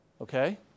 Okay